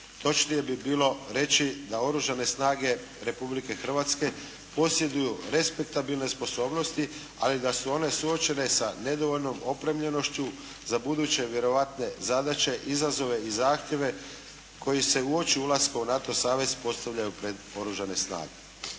Točnije bi bilo reći da Oružane snage Republike Hrvatske posjeduju respektabilne sposobnosti, ali da su one suočene sa nedovoljnom opremljenošću za buduće vjerojatne zadaće, izazove i zahtjeve koji se uoči ulaska u NATO savez postavljaju pred Oružane snage.